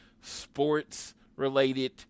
sports-related